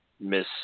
miss